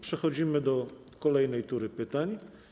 Przechodzimy do kolejnej tury pytań.